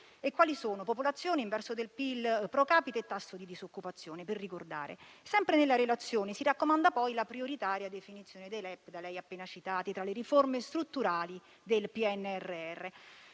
Stati membri: popolazione, inverso del PIL *pro capite* e tasso di disoccupazione. Sempre nella relazione, si raccomanda poi la prioritaria definizione dei LEP, da lei appena citati, tra le riforme strutturali del PNRR.